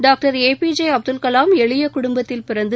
doctor A P J Abdul Kalam எளிய குடும்பத்தில் பிறந்து